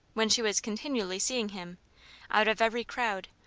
when she was continually seeing him out of every crowd,